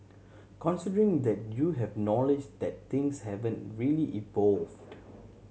considering that you have knowledge that things haven't really evolved